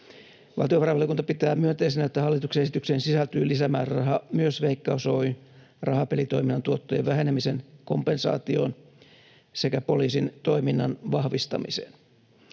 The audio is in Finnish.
Valtiovarainvaliokunta pitää myönteisenä, että hallituksen esitykseen sisältyy lisämääräraha myös Veikkaus Oy:n rahapelitoiminnan tuottojen vähenemisen kompensaatioon sekä poliisin toiminnan vahvistamiseen.